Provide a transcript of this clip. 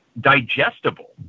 digestible